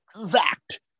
exact